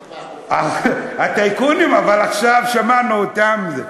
טייקונים ואחר כך בא החוק.